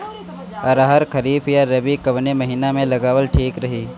अरहर खरीफ या रबी कवने महीना में लगावल ठीक रही?